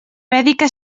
vèdica